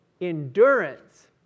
endurance